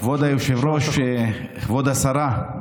כבוד היושב-ראש, כבוד השרה,